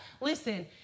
Listen